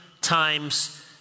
times